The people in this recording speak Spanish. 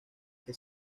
que